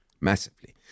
massively